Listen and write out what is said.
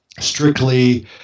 strictly